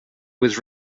was